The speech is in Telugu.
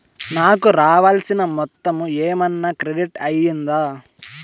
నాకు రావాల్సిన మొత్తము ఏమన్నా క్రెడిట్ అయ్యిందా